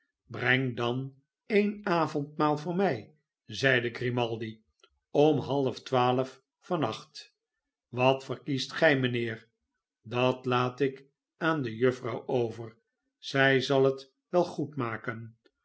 breng dan een avondmaal voor mij zeide grimaldi om halftwaalf van nacht wat verkiest gij mijnheer dat laat ik aan de juffrouw over zij zal het wel